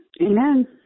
Amen